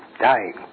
dying